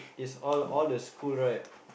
is all all the school right